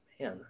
Man